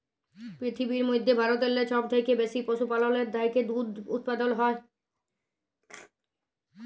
পিরথিবীর মইধ্যে ভারতেল্লে ছব থ্যাইকে বেশি পশুপাললের থ্যাইকে দুহুদ উৎপাদল হ্যয়